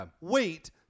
wait